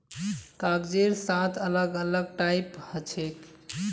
कागजेर सात अलग अलग टाइप हछेक